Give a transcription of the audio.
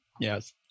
Yes